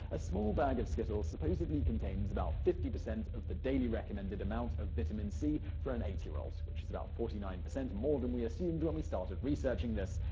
a small bag of skittles supposedly contains about fifty percent of the daily recommended amount of vitamin c for an eight year old which is about forty nine percent more than we assumed when we started researching this,